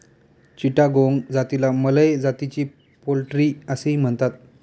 चिटागोंग जातीला मलय जातीची पोल्ट्री असेही म्हणतात